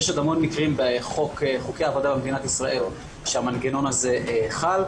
יש עוד המון מקרים בחוקי עבודה במדינת ישראל שהמנגנון הזה חל,